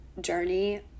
journey